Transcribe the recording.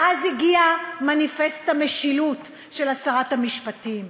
ואז הגיע מניפסט המשילות של שרת המשפטים,